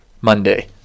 Monday